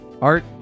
Art